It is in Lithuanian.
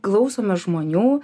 klausome žmonių